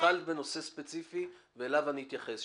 התחלת בנושא ספציפי ואליו אתייחס.